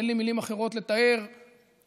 אין לי מילים אחרות לתאר את זה,